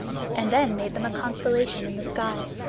and then made them a constellation in the sky.